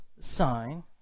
sign